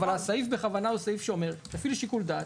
אבל הסעיף בכוונה הוא סעיף שאומר שתפעילו שיקול דעת,